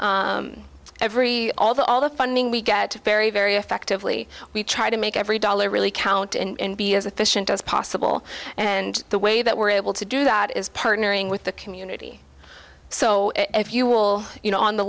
every every all the all the funding we get very very effectively we try to make every dollar really count and be as efficient as possible and the way that we're able to do that is partnering with the community so if you will you know on the